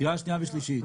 קריאה שנייה ושלישית.